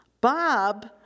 Bob